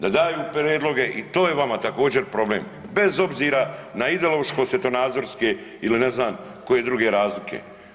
Da daju prijedloge i to je vama također problem bez obzira na ideološko svjetonazorske ili ne znam koje druge razlike.